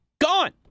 Gone